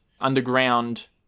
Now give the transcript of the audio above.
underground